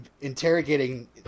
interrogating